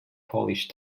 polish